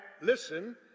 listen